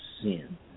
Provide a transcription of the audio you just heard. sin